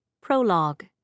Prologue